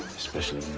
especially